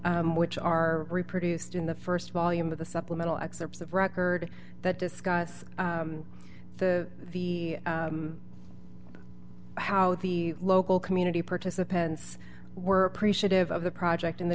which are reproduced in the st volume of the supplemental excerpts of record that discuss the how the local community participants were appreciative of the project and the